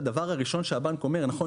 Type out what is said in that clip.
הדבר הראשון - נכון,